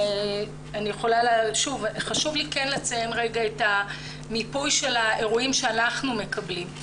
כן חשוב לי לציין את המיפוי של האירועים שאנחנו מקבלים.